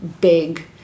big